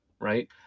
right